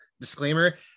disclaimer